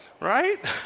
Right